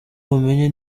mumenye